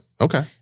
okay